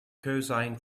cosine